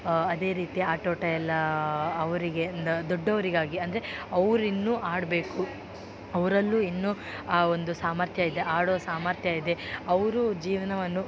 ಅದೇ ರೀತಿ ಆಟೋಟ ಎಲ್ಲ ಅವರಿಗೆ ಅಂದ್ರೆ ದೊಡ್ಡವರಿಗಾಗಿ ಅಂದರೆ ಅವರಿನ್ನೂ ಆಡಬೇಕು ಅವರಲ್ಲೂ ಇನ್ನೂ ಆ ಒಂದು ಸಾಮರ್ಥ್ಯ ಇದೆ ಆಡುವ ಸಾಮರ್ಥ್ಯ ಇದೆ ಅವರೂ ಜೀವನವನ್ನು